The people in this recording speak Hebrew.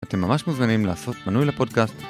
אתם ממש מוזמנים לעשות מנוי לפודקאסט